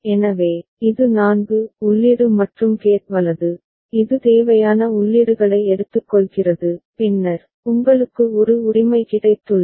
எனவே இது 4 உள்ளீடு மற்றும் கேட் வலது இது தேவையான உள்ளீடுகளை எடுத்துக்கொள்கிறது பின்னர் உங்களுக்கு ஒரு உரிமை கிடைத்துள்ளது